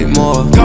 more